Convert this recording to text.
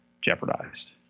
jeopardized